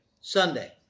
Sunday